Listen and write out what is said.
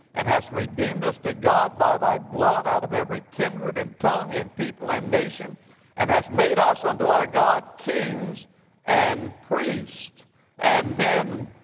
and hast redeemed us to god by thy blood out of every kindred, and tongue, and people, and nation and hast made us unto our god kings and priests and then,